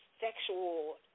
sexual